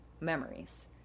memories